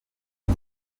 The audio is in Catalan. tic